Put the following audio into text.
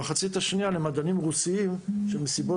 המחצית השנייה היתה למדענים רוסיים שמסיבות